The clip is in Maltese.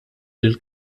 lill